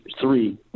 three